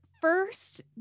first